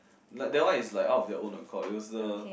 like that one is like out of their own accord it was the